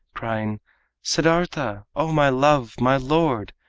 crying siddartha, o my love! my lord!